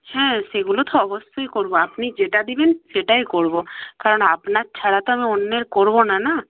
হ্যাঁ সেগুলো তো অবশ্যই করব আপনি যেটা দেবেন সেটাই করব কারণ আপনার ছাড়া তো আমি অন্যের করব না না